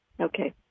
Okay